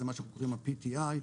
זה מה שקוראים ה-PTI,